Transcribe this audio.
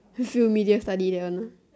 field media study that one ah